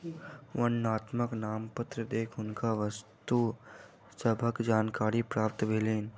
वर्णनात्मक नामपत्र देख हुनका वस्तु सभक जानकारी प्राप्त भेलैन